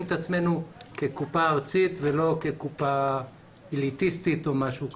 את עצמנו כקופה ארצית ולא כקופה אליטיסטית או משהו כזה.